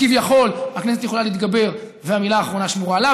כי כביכול הכנסת יכולה להתגבר והמילה האחרונה שמורה לה.